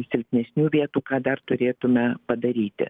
silpnesnių vietų ką dar turėtume padaryti